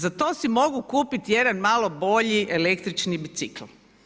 Za to si mogu kupiti jedan malo bolji električni bicikl.